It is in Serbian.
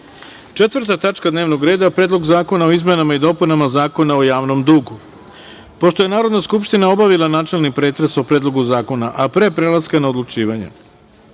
sistemu. Četvrta tačka dnevnog reda – Predlog zakona o izmenama i dopunama Zakona o javnom dugu. Pošto je Narodna skupština obavila načelni pretres o Predlogu zakona, a pre prelaska na odlučivanjem